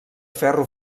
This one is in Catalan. ferro